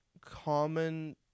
common